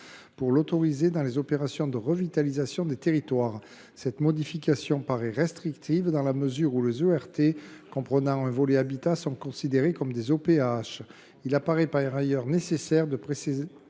pour l’autoriser dans les opérations de revitalisation de territoire (ORT). Or cette modification paraît restrictive dans la mesure où les ORT comprenant un volet habitat sont considérées comme des Opah. Il apparaît par ailleurs nécessaire de préciser